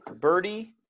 birdie